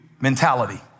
mentality